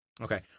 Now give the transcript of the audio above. Okay